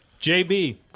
JB